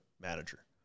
manager